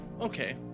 Okay